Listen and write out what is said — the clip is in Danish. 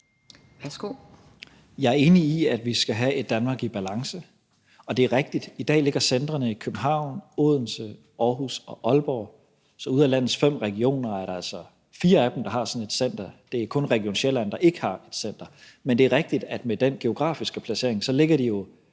Jeg er enig i, at vi skal have et Danmark i balance, og det er rigtigt, at centrene i dag ligger i København, Odense, Aarhus og Aalborg. Så ud af landets fem regioner er der altså fire af dem, der har sådan et center; det er kun Region Sjælland, der ikke har et center. Men det er rigtigt, at med den geografiske placering ligger de jo